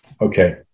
okay